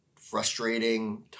frustrating